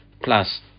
plus